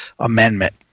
Amendment